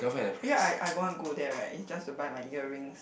actually I I want to go there right is just to buy my earrings